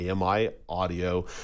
AMI-audio